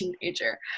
teenager